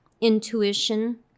intuition